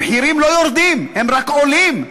המחירים לא יורדים, הם רק עולים.